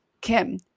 Kim